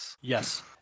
Yes